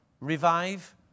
revive